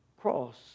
cross